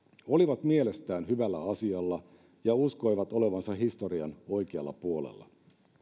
olivat mielestään hyvällä asialla ja uskoivat olevansa historian oikealla puolella